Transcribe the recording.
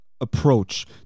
approach